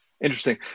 Interesting